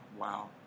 wow